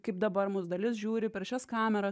kaip dabar mus dalis žiūri per šias kameras